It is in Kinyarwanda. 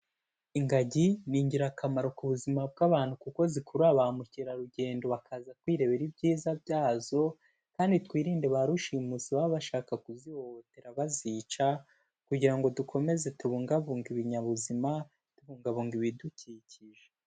Ingagi ni ingirakamaro ku buzima bw'abantu kuko zikurura ba mukerarugendo bakaza kwirebera ibyiza byazo kandi twirinde ba rushimusi baba bashaka kuzihohotera bazica kugira ngo dukomeze tubungabunge ibinyabuzima, tubungabunga ibidukikije.